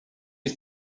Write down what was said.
you